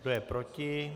Kdo je proti?